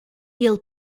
ele